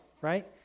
right